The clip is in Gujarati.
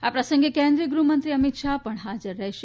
આ પ્રસંગે કેન્દ્રીય ગૃહમંત્રી અમિત શાહ પણ હાજર રહેશે